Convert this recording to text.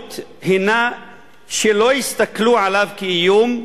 המיעוט היא שלא יסתכלו עליו כאיום,